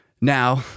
Now